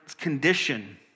condition